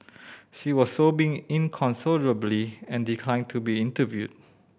she was sobbing inconsolably and declined to be interviewed